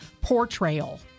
portrayal